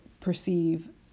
perceive